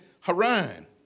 Haran